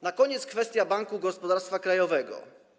Na koniec kwestia Banku Gospodarstwa Krajowego.